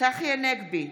צחי הנגבי,